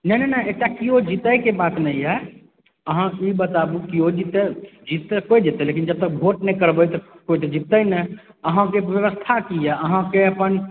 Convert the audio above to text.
नहि नहि नहि एकटा केओ जीतए के बात नहि यऽ अहाँ ई बताबु केओ जीता जीत तऽ केओ जितै लेकिन जबतक भोट नहि करबै कोइ तऽ जीततै नहि अहाँके व्यवस्था की यऽ अहाँके अपन